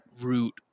root